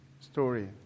story